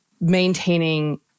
maintaining